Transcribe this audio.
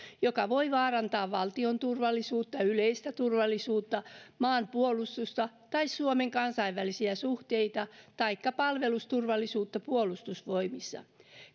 joka voi vaarantaa valtion turvallisuutta yleistä turvallisuutta maanpuolustusta tai suomen kansainvälisiä suhteita taikka palvelusturvallisuutta puolustusvoimissa